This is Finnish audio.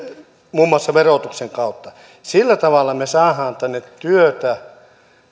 muun muassa verotuksen kautta tulee pienentää sen kustannuksia sillä tavalla me saamme tänne työtä